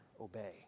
obey